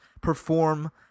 perform